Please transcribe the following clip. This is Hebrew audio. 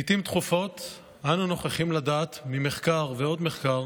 לעיתים תכופות אנו נוכחים לדעת ממחקר ועוד מחקר